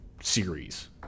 series